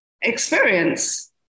experience